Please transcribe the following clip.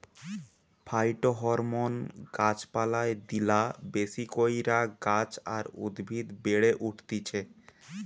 phytohormone গাছ পালায় দিলা বেশি কইরা গাছ আর উদ্ভিদ বেড়ে উঠতিছে